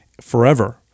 forever